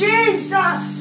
Jesus